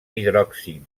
hidròxid